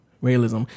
Realism